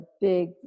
big